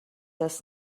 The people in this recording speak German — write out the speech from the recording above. das